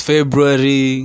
February